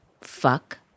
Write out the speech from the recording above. fuck